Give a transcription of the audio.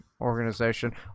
organization—